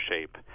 shape